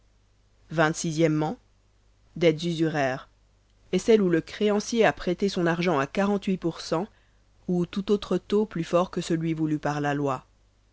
o dettes usuraires est celle où le créancier a prêté son argent à pour ou tout autre taux plus fort que celui voulu par la loi